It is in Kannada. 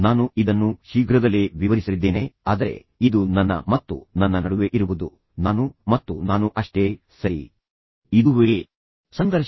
ನಾನು ಇದನ್ನು ಶೀಘ್ರದಲ್ಲೇ ವಿವರಿಸಲಿದ್ದೇನೆ ಆದರೆ ಇದು ನನ್ನ ಮತ್ತು ನನ್ನ ನಡುವೆ ಇರುವುದು ನಾನು ಮತ್ತು ನಾನು ಅಷ್ಟೇ ಸರಿ ಇದುವೇ ಸಂಘರ್ಷ